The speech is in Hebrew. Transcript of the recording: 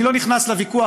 אני לא נכנס לוויכוח,